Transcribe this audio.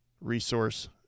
resource